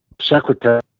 secretary